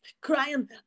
crying